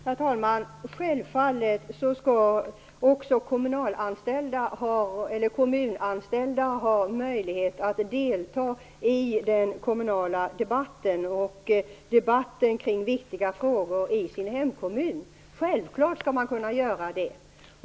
Herr talman! Självfallet skall också kommunanställda ha möjlighet att delta i den kommunala debatten och i debatten kring viktiga frågor i sin hemkommun. Självklart skall man kunna göra det.